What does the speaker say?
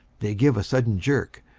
they give a sudden jerk.